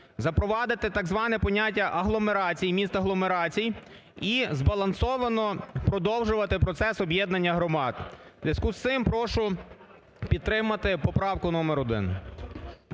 запровадити так зване поняття агломерації, міст-агломерацій і збалансовано продовжувати процес об'єднання громад. У зв'язку з цим прошу підтримати поправку номер 1.